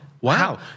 wow